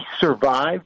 survived